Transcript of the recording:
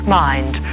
mind